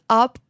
up